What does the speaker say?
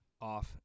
off